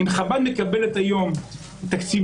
אם חב"ד מקבלת היום תקציבים,